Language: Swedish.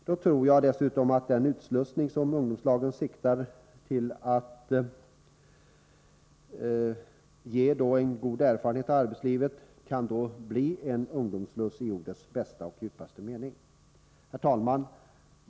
Då tror jag dessutom att den utslussning som ungdomslagen siktar till, att ge en god erfarenhet av arbetslivet, kan bli en ungdomssluss i ordets bästa och djupaste mening. Herr talman!